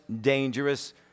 dangerous